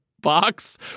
box